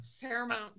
Paramount